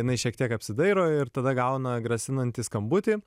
jinai šiek tiek apsidairo ir tada gauna grasinantį skambutį